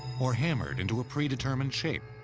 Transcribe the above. or hammered into a predetermined shape.